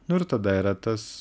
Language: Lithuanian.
nu ir tada yra tas